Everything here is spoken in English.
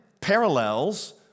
parallels